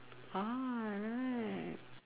ah right